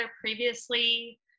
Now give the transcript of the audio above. previously